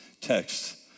text